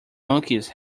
monkeys